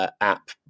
App